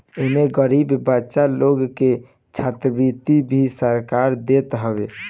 एमे गरीब बच्चा लोग के छात्रवृत्ति भी सरकार देत हवे